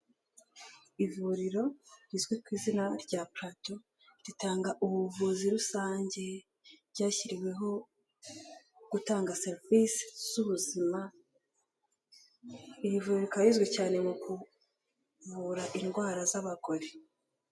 Ivuriro rizwi ku izina rya Plateau, ritanga ubuvuzi rusange, ryashyiriweho gutanga serivisi z'ubuzima, iri vuriro rikaba rizwi cyane mu kuvura indwara z'abagore.